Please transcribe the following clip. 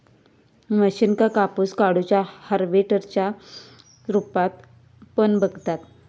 मशीनका कापूस काढुच्या हार्वेस्टर च्या रुपात पण बघतत